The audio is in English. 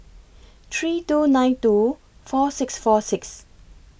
three two nine two four six four six